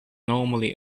normally